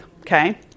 Okay